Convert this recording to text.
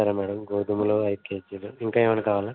సరే మ్యాడమ్ గోధుమలు ఐదు కేజీలు ఇంకా ఏమన్నా కావాలా